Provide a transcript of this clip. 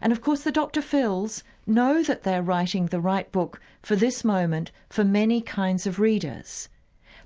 and of course the dr phil's know that they are writing the right book for this moment for many kinds of readers